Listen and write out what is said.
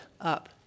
up